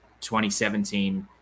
2017